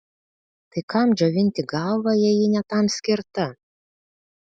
tai kam džiovinti galvą jei ji ne tam skirta